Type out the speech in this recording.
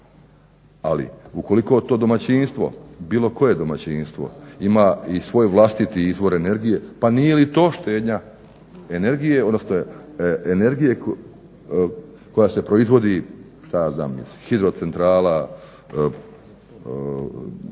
ali ukoliko to domaćinstvo, bilo koje domaćinstvo ima i svoj vlastiti izvor energije pa nije li to štednja energije, odnosno energije koja se proizvodi iz hidrocentrala, loživog